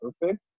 perfect